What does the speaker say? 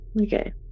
Okay